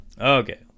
okay